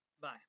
bye